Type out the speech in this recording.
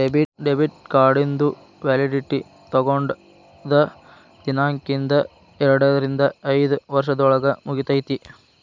debit ಕಾರ್ಡಿಂದು validity ತೊಗೊಂಡದ್ ದಿನಾಂಕ್ದಿಂದ ಎರಡರಿಂದ ಐದ್ ವರ್ಷದೊಳಗ ಮುಗಿತೈತಿ